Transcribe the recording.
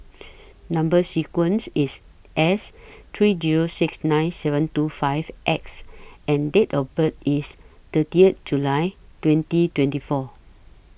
Number sequence IS S three Zero six nine seven two five X and Date of birth IS thirtieth July twenty twenty four